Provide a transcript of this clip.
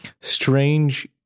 strange